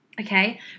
okay